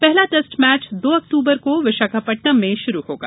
पहला test match दो अक्तूबर को विशाखापत्तनम में शुरु होगा